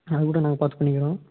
அது கூட நாங்கள் பார்த்து பண்ணிக்கிறோம்